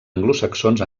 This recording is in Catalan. anglosaxons